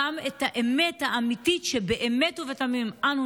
אלא גם את האמת האמיתית שבאמת ובתמים אנו,